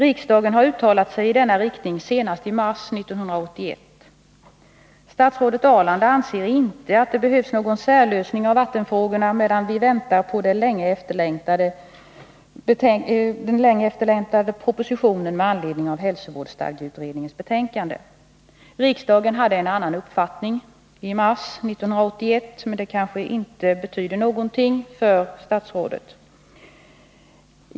Riksdagen har uttalat sig i denna riktning senast i mars 1981. Statsrådet Ahrland anser inte att det behövs någon särlösning av vattenfrågorna, medan vi väntar på den länge efterlängtade propositionen med anledning av hälsovårdsstadgeutredningens betänkande. Riksdagen hade en annan uppfattning i mars 1981, men det betyder kanske inte någonting för statsrådet.